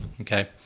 Okay